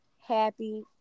happy